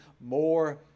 more